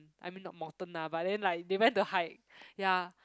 I mean not mountain lah but then like they went to hike ya